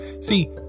See